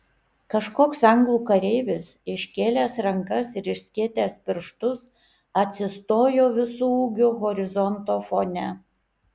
kažkoks anglų kareivis iškėlęs rankas ir išskėtęs pirštus atsistojo visu ūgiu horizonto fone